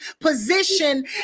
position